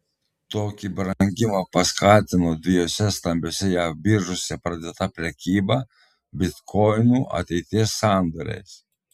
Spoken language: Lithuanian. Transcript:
tokį brangimą paskatino dviejose stambiose jav biržose pradėta prekyba bitkoinų ateities sandoriais